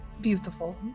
beautiful